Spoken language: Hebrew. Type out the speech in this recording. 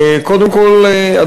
קודם כול,